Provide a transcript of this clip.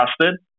trusted